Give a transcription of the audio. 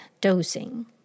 dosing